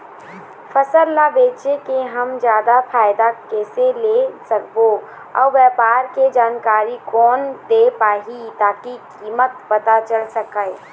फसल ला बेचे के हम जादा फायदा कैसे ले सकबो अउ व्यापार के जानकारी कोन दे पाही ताकि कीमत पता चल सके?